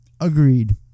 Agreed